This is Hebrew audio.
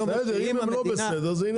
בסדר, אם הם לא בסדר זה עניין אחר.